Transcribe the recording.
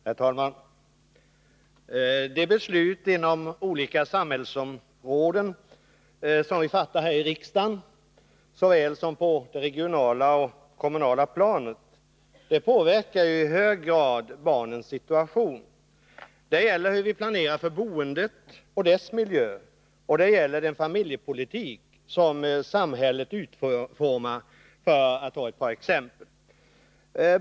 Herr talman! De beslut inom olika samhällsområden som vi fattar, såväl här i riksdagen som på det regionala och kommunala planet, påverkar i hög grad barnens situation. Det gäller hur vi planerar för boendet och för miljön, det gäller den familjepolitik som samhället utformar — för att ta ett par exempel.